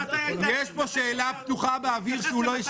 יש פה שאלה פתוחה באוויר שהוא לא השמיע.